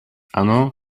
ano